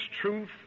truth